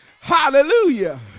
Hallelujah